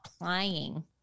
applying